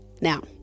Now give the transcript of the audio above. now